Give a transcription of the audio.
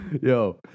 Yo